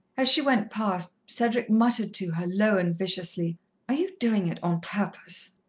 as she went past, cedric muttered to her low and viciously are you doing it on purpose?